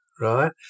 right